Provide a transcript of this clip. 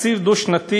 תקציב דו-שנתי